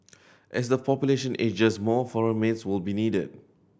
as the population ages more foreign maids will be needed